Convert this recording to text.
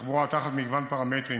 התחבורה על פי מגוון פרמטרים,